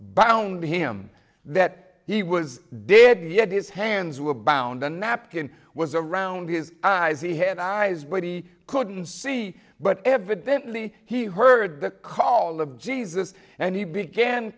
bound him that he was dead yet his hands were bound the napkin was around his eyes he had eyes but he couldn't see but evidently he heard the call of jesus and he began